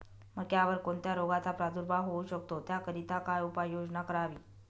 मक्यावर कोणत्या रोगाचा प्रादुर्भाव होऊ शकतो? त्याकरिता काय उपाययोजना करावी?